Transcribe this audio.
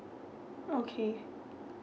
okay